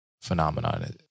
phenomenon